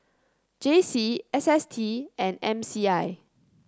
J C S S T and M C I